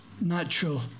natural